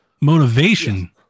motivation